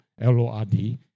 L-O-R-D